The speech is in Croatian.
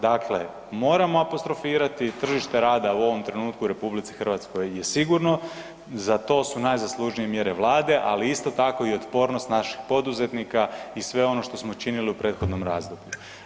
Dakle, moramo apostrofirati tržište rada u ovom trenutku u RH je sigurno, za to su najzaslužnije mjere Vlade, ali isto tako i otpornost naših poduzetnika i sve ono što smo činili u prethodnom razdoblju.